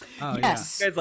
Yes